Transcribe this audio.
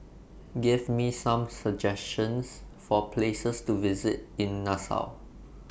Give Me Some suggestions For Places to visit in Nassau